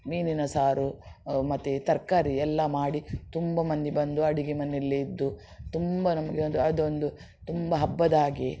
ಮೀನಿನ ಸಾರು ಮತ್ತು ತರಕಾರಿ ಎಲ್ಲ ಮಾಡಿ ತುಂಬ ಮಂದಿ ಬಂದು ಅಡುಗೆ ಮನೆಯಲ್ಲೇ ಇದ್ದು ತುಂಬ ನಮಗೆ ಒಂದು ಅದೊಂದು ತುಂಬ ಹಬ್ಬದ ಹಾಗೆ